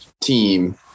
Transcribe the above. team